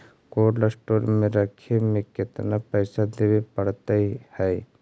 Cold store में रखे में केतना पैसा देवे पड़तै है?